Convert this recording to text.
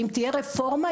אם תהיה רפורמה,